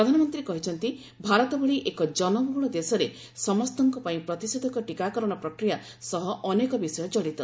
ପ୍ରଧାନମନ୍ତ୍ରୀ କହିଛନ୍ତି ଭାରତ ଭଳି ଏକ ଜନବହ୍ରଳ ଦେଶରେ ସମସ୍ତଙ୍କ ପାଇଁ ପ୍ରତିଷେଧକ ଟିକାକରଣ ପ୍ରକ୍ରିୟା ସହ ଅନେକ ବିଷୟ କଡ଼ିତ